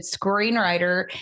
screenwriter